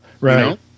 Right